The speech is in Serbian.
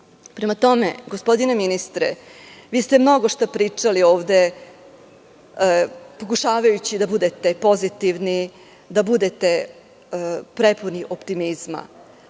end. Prema tome, gospodine ministre, vi ste mnogo šta pričali ovde, pokušavajući da budete pozitivni, da budete prepuni optimizma,